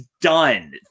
done